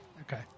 okay